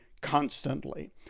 constantly